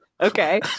Okay